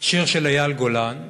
שיר של אייל גולן,